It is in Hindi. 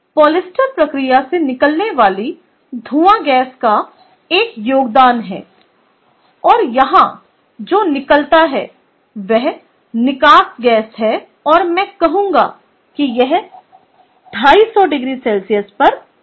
पॉलिएस्टर प्रक्रिया से निकलने वाली धूआं गैस का एक योगदान है और यहां जो निकलता है वह निकास गैस है और मैं कहूंगा कि यह 250oC पर है